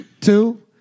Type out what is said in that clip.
Two